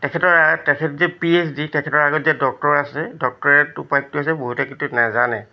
তেখেতৰ তেখেত যে পি এছ ডি তেখেতৰ আগত যে ডক্টৰ আছে ডক্টৰেট উপাধিটো আছে বহুতে কিন্তু নাজানে